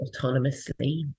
autonomously